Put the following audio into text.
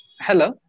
hello